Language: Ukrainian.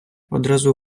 одразу